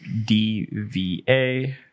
DVA